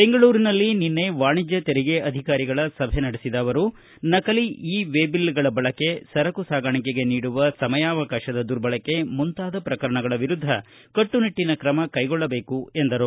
ಬೆಂಗಳೂರಿನಲ್ಲಿ ನಿನ್ನೆ ವಾಣಿಜ್ಯ ತೆರಿಗೆ ಅಧಿಕಾರಿಗಳ ಸಭೆ ನಡೆಸಿದ ಅವರು ನಕಲಿ ಇ ವೇ ಬಿಲ್ಗಳ ಬಳಕೆ ಸರಕು ಸಾಗಾಣಿಕೆಗೆ ನೀಡುವ ಸಮಯಾವಕಾಶದ ದುರ್ಬಳಕೆ ಮುಂತಾದ ಪ್ರಕರಣಗಳ ವಿರುದ್ಧ ಕಟ್ಟುನಿಟ್ಟಿನ ತ್ರಮ ಕೈಗೊಳ್ಳಬೇಕು ಎಂದರು